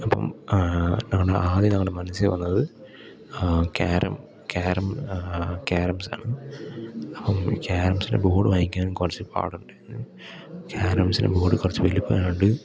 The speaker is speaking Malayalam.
അപ്പം ഞങ്ങളുടെ ആദ്യം ഞങ്ങളുടെ മനസ്സിൽ വന്നത് ക്യാരം ക്യാരം ക്യാരംസാണ് അപ്പം പോയി ക്യാരംസിന്റെ ബോർഡ് വാങ്ങിക്കാനും കുറച്ച് പാടുണ്ടെന്ന് ക്യാരംസിന് ബോർഡ് കുറച്ച് വലിപ്പം ആയത് കൊണ്ട്